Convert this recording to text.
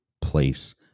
place